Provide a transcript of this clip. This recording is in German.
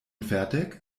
fertig